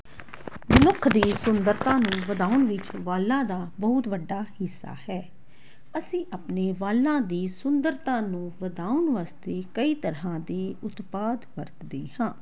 ਮਨੁੱਖ ਦੀ ਸੁੰਦਰਤਾ ਨੂੰ ਵਧਾਉਣ ਦੀ ਵਾਲਾਂ ਦਾ ਬਹੁਤ ਵੱਡਾ ਹਿੱਸਾ ਹੈ ਅਸੀਂ ਆਪਣੇ ਵਾਲਾਂ ਦੀ ਸੁੰਦਰਤਾ ਨੂੰ ਵਧਾਉਣ ਵਾਸਤੇ ਕਈ ਤਰ੍ਹਾਂ ਦੇ ਉਤਪਾਦ ਵਰਤਦੇ ਹਾਂ